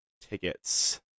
tickets